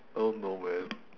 I don't know man